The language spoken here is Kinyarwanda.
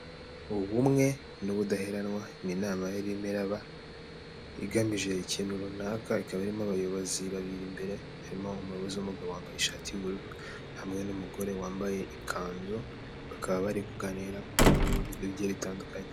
Ubumwe n'ubudaheranwa n’inama irimo iraba igamije ikintu runaka, ikaba irimo abayobozi babiri, imbere harimo umuyobozi w'umugabo wambaye ishati y'ubururu, hamwe n'umugore wambaye ikanzu, bakaba bari kuganira ku bintu bigiye bitandukanye.